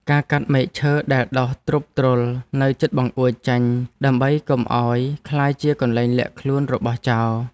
ការកាត់មែកឈើដែលដុះទ្រុបទ្រុលនៅជិតបង្អួចចេញដើម្បីកុំឱ្យក្លាយជាកន្លែងលាក់ខ្លួនរបស់ចោរ។